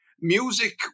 music